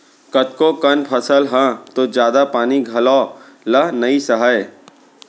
कतको कन फसल ह तो जादा पानी घलौ ल नइ सहय